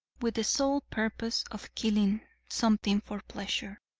with the sole purpose of killing something for pleasure.